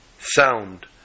sound